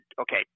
Okay